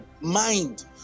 mind